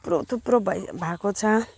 थुप्रो थुप्रो भ भए को छ